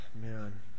man